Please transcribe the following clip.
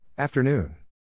Afternoon